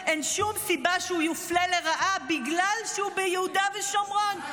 אין סיבה שהוא יופלה לרעה בגלל שהוא ביהודה ושומרון.